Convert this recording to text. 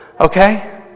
okay